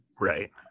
Right